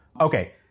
okay